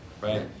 right